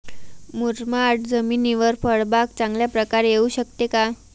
मुरमाड जमिनीवर फळबाग चांगल्या प्रकारे येऊ शकते का?